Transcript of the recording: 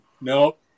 Nope